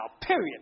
period